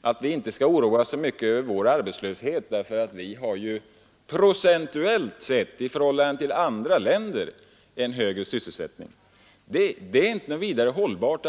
att vi inte skall oroa oss så mycket över vår arbetslöshet därför att vi har procentuellt sett i förhållande till andra länder en högre sysselsättning, är inte vidare hållbart.